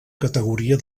categoria